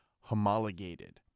Homologated